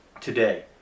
today